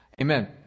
Amen